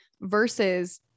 versus